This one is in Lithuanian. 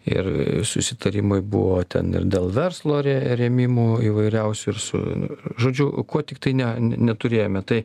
ir susitarimai buvo ten ir dėl verslo rėmimų įvairiausių ir su žodžiu kuo tiktai ne neturėjome tai